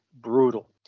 brutal